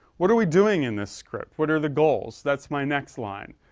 what are we doing in this script? what are the goals? that's my next line.